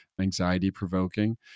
anxiety-provoking